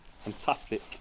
Fantastic